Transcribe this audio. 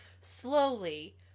slowly